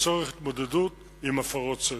לצורך התמודדות עם הפרות סדר.